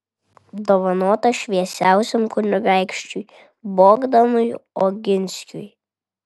dovanota šviesiausiam kunigaikščiui bogdanui oginskiui